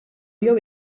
jew